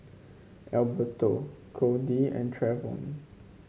Alberto Cody and Trevon